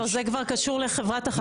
לא, זה כבר קשור לחברת החשמל.